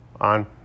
on